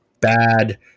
bad